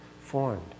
formed